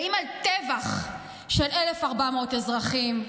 האם על טבח של 1,400 אזרחים,